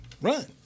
Run